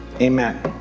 amen